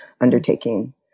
undertaking